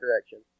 direction